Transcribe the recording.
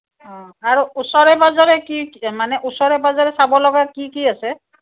অঁ আৰু ওচৰে পাজৰে কি মানে ওচৰে পাজৰে চাব লগা কি কি আছে